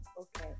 okay